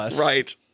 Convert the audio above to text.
Right